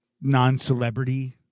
non-celebrity